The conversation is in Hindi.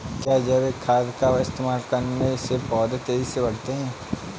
क्या जैविक खाद का इस्तेमाल करने से पौधे तेजी से बढ़ते हैं?